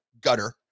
gutter